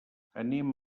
anem